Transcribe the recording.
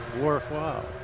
worthwhile